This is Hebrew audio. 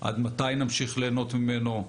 עד מתי נמשיך ליהנות ממנו?